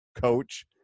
coach